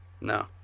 No